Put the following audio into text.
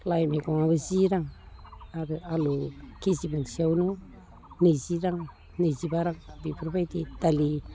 लाइ मैगङाबो जि रां आरो आलु केजि मोनसेयावनो नैजि रां नैजिबा रां बेफोरबायदि दालि